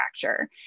fracture